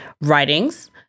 writings